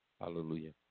hallelujah